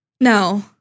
No